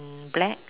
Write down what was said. black